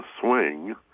swing